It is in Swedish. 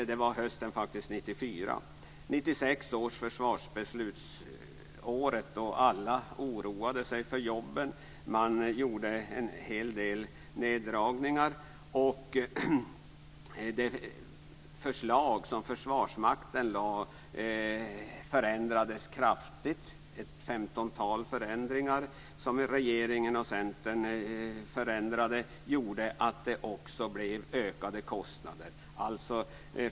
1996 var försvarsbeslutsåret då alla oroade sig för jobben. Det gjordes en hel del neddragningar, och de förslag som Försvarsmakten lade fram förändrades kraftigt. Ett 15-tal förändringar som regeringen och Centern genomförde gjorde att det också blev ökade kostnader.